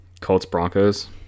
Colts-Broncos